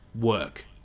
work